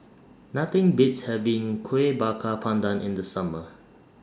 Nothing Beats having Kuih Bakar Pandan in The Summer